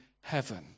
heaven